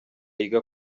yiga